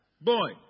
boy